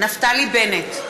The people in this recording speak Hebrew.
נפתלי בנט,